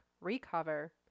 recover